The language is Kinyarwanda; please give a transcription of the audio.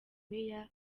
meya